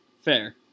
fair